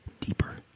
deeper